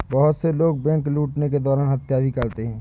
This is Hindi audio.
बहुत से लोग बैंक लूटने के दौरान हत्या भी करते हैं